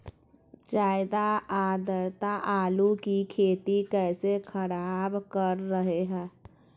ज्यादा आद्रता आलू की खेती कैसे खराब कर रहे हैं?